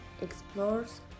explores